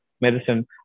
medicine